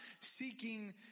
seeking